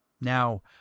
Now